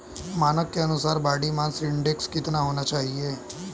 मानक के अनुसार बॉडी मास इंडेक्स कितना होना चाहिए?